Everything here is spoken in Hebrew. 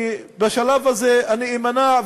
בשלב הזה אני אמנע,